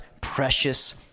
precious